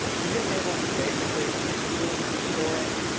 fusion tables is basically a tool for storing,